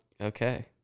Okay